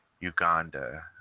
Uganda